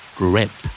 grip